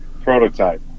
prototype